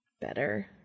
Better